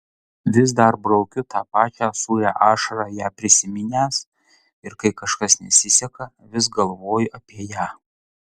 vis dar braukiu tą pačią sūrią ašarą ją prisiminęs ir kai kažkas nesiseka vis galvoju apie ją